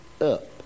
up